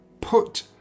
put